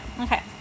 Okay